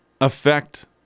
affect